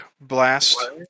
blast